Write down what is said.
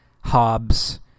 Hobbes